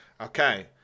Okay